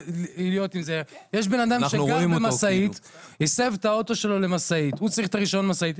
יש בן אדם שהסב את הרכב שלו למשאית והוא צריך רישיון משאית.